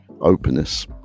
openness